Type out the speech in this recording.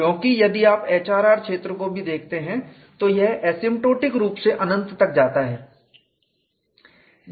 क्योंकि यदि आप HRR क्षेत्र को भी देखते हैं तो यह भी एसिम्टोटिक रूप से अनंत तक जाता है